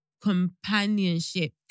Companionship